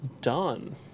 done